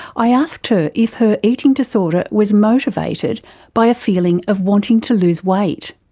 i asked her if her eating disorder was motivated by a feeling of wanting to lose weight.